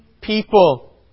people